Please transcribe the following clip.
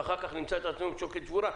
ואחר כך נמצא את עצמנו עם שוקת שבורה.